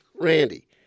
randy